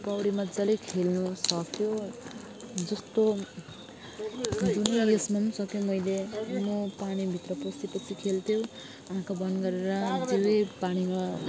पौडी मजाले खेल्नुसकेँ जस्तो जुनियर उयसमा पनि सकेँ मैले म पानीभित्र पसेपछि खेल्थ्यौँ आँखा बन्द गरेर मजाले पानीमा